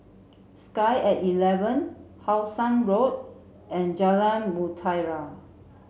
sky at eleven How Sun Road and Jalan Mutiara